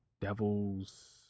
Devil's